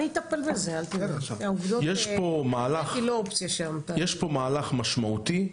יש פה מהלך משמעותי,